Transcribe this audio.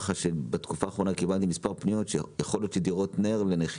בתקופה האחרונה קיבלתי מספר פניות לגבי דירות נ"ר.